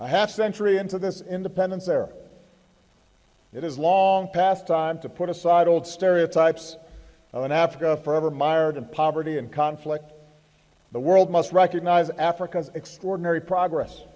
a half century into this independence there it is long past time to put aside old stereotypes of an africa forever mired in poverty and conflict the world must recognize africa's extraordinary progress